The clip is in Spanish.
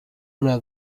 una